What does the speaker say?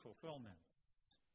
fulfillments